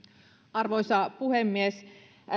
arvoisa puhemies